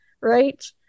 right